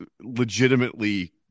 legitimately